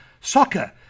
soccer